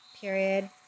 Period